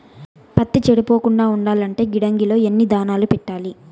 పత్తి చెడిపోకుండా ఉండాలంటే గిడ్డంగి లో ఎన్ని దినాలు పెట్టాలి?